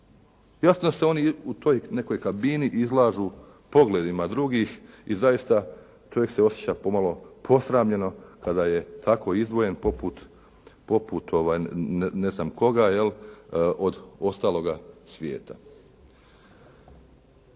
Jasno da se oni u toj nekoj kabini izlažu pogledima drugih i zaista, čovjek se osjeća pomalo posramljeno kada je tako izdvojen poput ne znam koga od ostaloga svijeta.